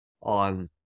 on